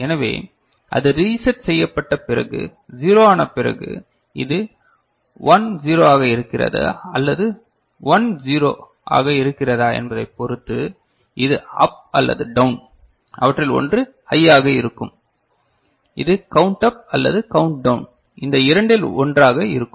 எனவே அது ரீசெட் செய்யப்பட்ட பிறகு 0 ஆன பிறகு இது 1 0 ஆக இருக்கிறதா அல்லது இது 1 0 ஆக இருக்கிறதா என்பதைப் பொறுத்து இது அப் அல்லது டவுன் அவற்றில் ஒன்று ஹை ஆக இருக்கும் இது கவுன்ட் அப் அல்லது கவுண்ட் டவுன் இந்த இரண்டில் ஒன்று ஆக இருக்கும்